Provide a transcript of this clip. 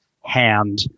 hand